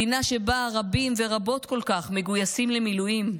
מדינה שבה רבים ורבות כל כך מגויסים למילואים,